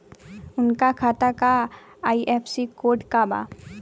उनका खाता का आई.एफ.एस.सी कोड का बा?